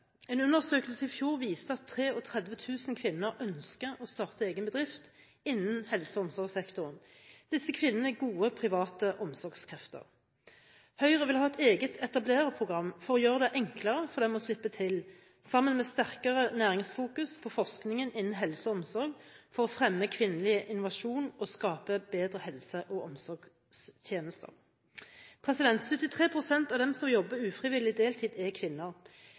En undersøkelse i fjor viste at 33 000 kvinner ønsker å starte egen bedrift innen helse- og omsorgssektoren. Disse kvinnene er gode private omsorgskrefter. Høyre vil ha et eget etablererprogram for å gjøre det enklere for dem å slippe til, sammen med sterkere næringsfokus på forskningen innen helse og omsorg, for å fremme kvinnelig innovasjon og skape bedre helse- og omsorgstjenester. 73 pst. av dem som jobber ufrivillig deltid, er kvinner.